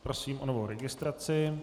Prosím o novou registraci.